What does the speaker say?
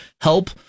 help